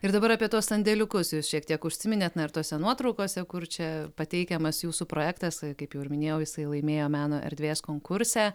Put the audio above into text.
ir dabar apie tuos sandėliukus jūs šiek tiek užsiminėt na ir tose nuotraukose kur čia pateikiamas jūsų projektas kaip jau ir minėjau jisai laimėjo meno erdvės konkurse